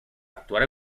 actuar